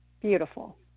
Beautiful